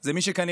זה מי שכנראה